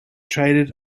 traded